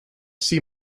see